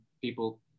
people